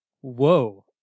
Whoa